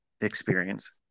experience